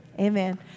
Amen